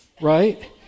right